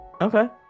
Okay